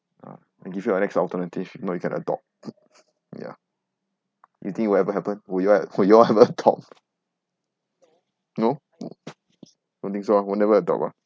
ah I'll give you your next alternative you know you can adopt yeah you think will ever happen will you will you all ever talk no don't think so ah will never adopt ah